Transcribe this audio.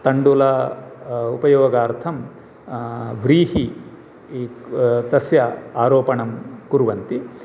तण्डुल उपयोगार्थं व्रीहि तस्य आरोपणं कुर्वन्ति